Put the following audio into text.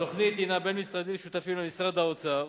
התוכנית היא בין-משרדית ושותפים לה משרדי האוצר,